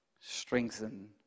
Strengthen